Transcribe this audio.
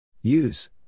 Use